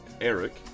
Eric